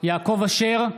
יעקב אשר,